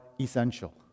essential